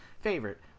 favorite